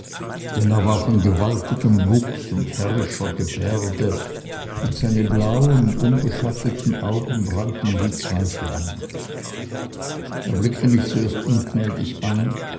denn er war von gewaltigem wuchs und herrischer gebärde und seine blauen unbeschatteten augen brannten wie zwei flammen er blickte mich zuerst ungnädig an